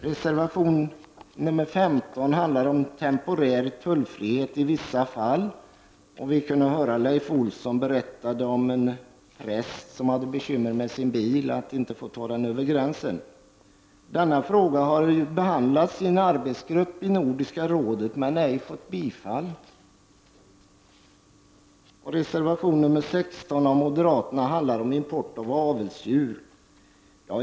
Reservation nr 15 handlar om temporär tullfrihet i vissa fall. Vi hörde Leif Olsson berätta om en präst som inte fick föra sin bil över gränsen. Frågan har behandlats i en arbetsgrupp inom Nordiska rådet men ej bifallits. Reservation nr 16 av moderaterna handlar om import av avelsdjur.